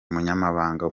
umunyamabanga